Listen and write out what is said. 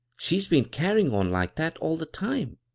she's beencairyin' on like that all the time.